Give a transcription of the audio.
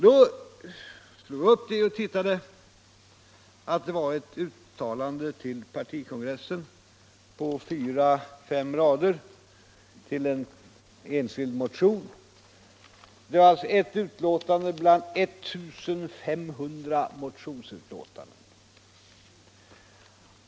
Då slog jag upp det avsnitt det gällde och fann, att det var ett uttalande till partikongressen på fyra fem rader avseende en enskild motion. Det var alltså fråga om ett enda av 1 500 motionsutlåtanden.